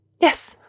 Yes